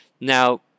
Now